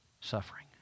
suffering